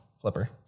flipper